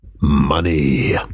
Money